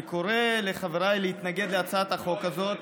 אני קורא לחבריי להתנגד להצעת החוק הזאת,